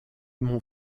mon